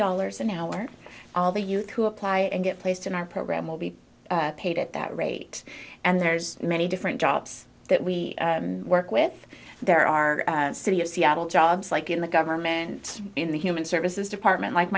dollars an hour all the youth who apply and get placed in our program will be paid at that rate and there's many different jobs that we work with there are city of seattle jobs like in the government in the human services department like